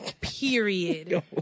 Period